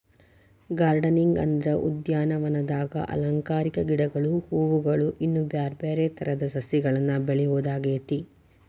gardening ಅಂದ್ರ ಉದ್ಯಾನವನದಾಗ ಅಲಂಕಾರಿಕ ಗಿಡಗಳು, ಹೂವುಗಳು, ಇನ್ನು ಬ್ಯಾರ್ಬ್ಯಾರೇ ತರದ ಸಸಿಗಳನ್ನ ಬೆಳಿಯೋದಾಗೇತಿ